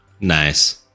Nice